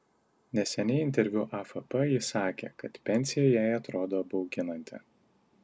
neseniai interviu afp ji sakė kad pensija jai atrodo bauginanti